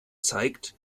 zeigt